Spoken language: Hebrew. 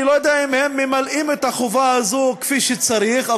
אני לא יודע אם ממלאים את החובה הזאת כפי שצריך,